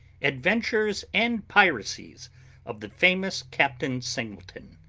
adventures and piracies of the famous captain singleton,